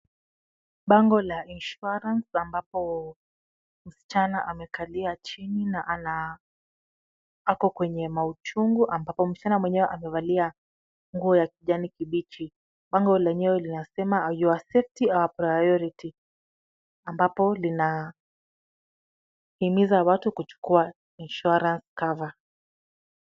Bango la insurance (cs)ambapo msichana amekalia chini na ako kwenye mauchungu ,ambapo msichana mwenyewe amevalia nguo ya kijani kibichi ,bango lenyewe linasema Your Safety our Priority ,ambapo linahimiza watu kuchukua Insurance Cover .